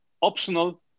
optional